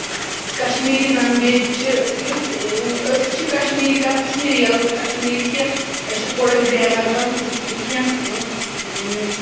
Kashmiri language یُس أسۍ چھِ کَشمیٖری کران سُہ چھِ نہٕ رِیل کَشمیٖری کیٚنہہ أسۍ چھِ تھوڑا گریمَر منٛز کیٚنہہ